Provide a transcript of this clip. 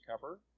cover